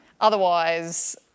otherwise